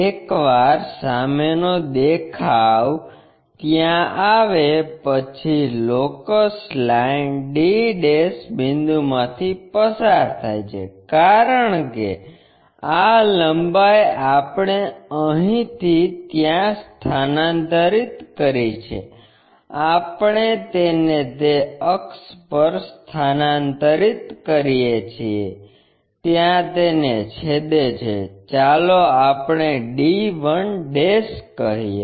એકવાર સામેનો દેખાવ ત્યાં આવે પછી લોકસ લાઇન d બિંદુ માંથી પસાર થાય છે કારણ કે આ લંબાઈ આપણે અહીંથી ત્યાં સ્થાનાંતરિત કરી છે આપણે તેને તે અક્ષ પર સ્થાનાંતરિત કરીએ છીએ ત્યાં તેને છેદે છે ચાલો આપણે d 1 કહીએ